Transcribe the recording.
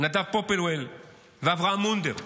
נדב פופלוול ואברהם מונדר.